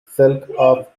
silk